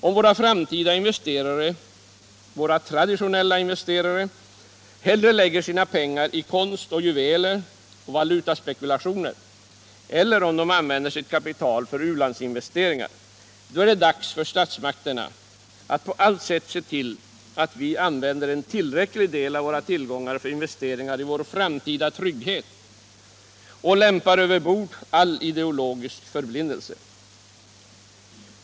Om våra traditionella investerare hellre lägger sina pengar i konst, juveler och valutaspekulationer eller använder sitt kapital för utlandsinvesteringar, är det dags för statsmakterna att på allt sätt se till att vi använder en tillräcklig del av våra tillgångar för investeringar i vår framtida trygghet och lämpar över bord all ideologisk förblindelse.